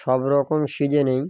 সব রকম সিজেনেই